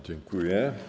Dziękuję.